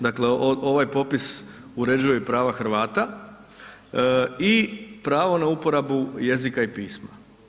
Dakle, ovaj popis uređuje i prava Hrvata i pravo na uporabu jezika i pisma.